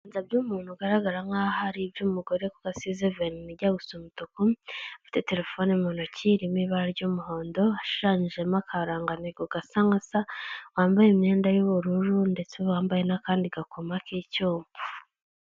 Ibiganza by'umuntu ugaragara nkaho ari iby'umugore kuko asize verini ijya gusa umutuku, afite terefone mu ntoki iri mu ibara ry'umuhondo, hashushanyijemo akarangagantego gasa nka sa wambaye imyenda y'ubururu ndetse wambaye n'akandi gakomo k'icyuma.